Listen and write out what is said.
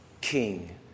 King